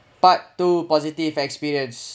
part two positive experience